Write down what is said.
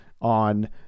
on